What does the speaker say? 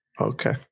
Okay